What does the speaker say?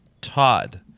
Todd